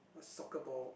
a soccer ball